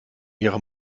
ihrer